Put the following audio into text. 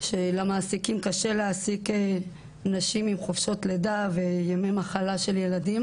שלמעסיקים קשה להעסיק אותן מסיבה של חופשות לידה וימי מחלה של ילדים.